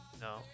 No